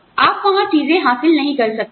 आप जानते हैं आप वहां चीजें हासिल नहीं कर सकते